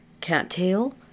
Cattail